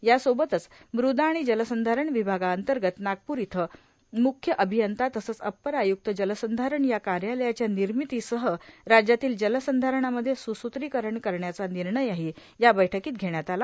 यासोबतच मुदा आणि जलसंधारण विभागाअंतर्गत नागपूर इथं मुख्य अभियंता तसंच अप्पर आय्क्त जलसंधारण या कार्यालयाच्या निर्मितीसह राज्यातील जलसंधारणामध्ये स्सूत्रीकरण करण्याचा निर्णयही या बैठकीत घेण्यात आला